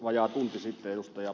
vajaa tunti sitten ed